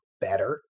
better